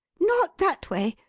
not that way!